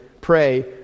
pray